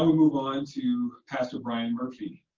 move on to pastor brian murphy.